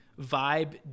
vibe